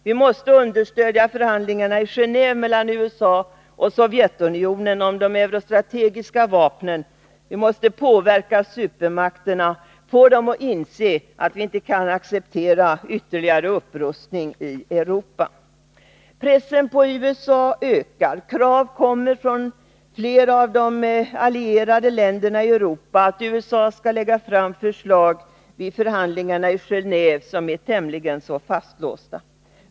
Vi måste understödja förhandlingarna i Genåve mellan USA och Sovjetunionen om de eurostrategiska vapnen, vi måste påverka supermakterna, få dem att inse att vi inte kan acceptera ytterligare upprustning i Europa. Pressen på USA ökar. Krav kommer från flera av de allierade länderna i Europa att USA skall lägga fram förslag vid förhandlingarna i Geneve, vilka är tämligen så fastlåsta.